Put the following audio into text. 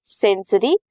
sensory